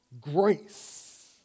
grace